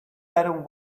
better